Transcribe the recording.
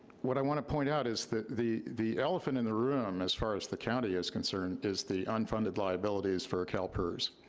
what i want to point out is that the the elephant in the room as far as the county is concerned, is the unfunded liabilities for calpers.